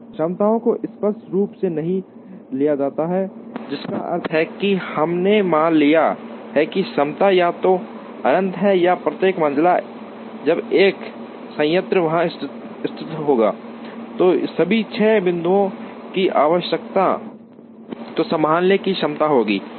क्षमताओं को स्पष्ट रूप से नहीं लिया जाता है जिसका अर्थ है कि हमने मान लिया है कि क्षमता या तो अनंत है या प्रत्येक मंझला जब एक संयंत्र वहां स्थित होता है तो सभी छह बिंदुओं की आवश्यकता को संभालने की क्षमता होती है